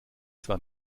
zwar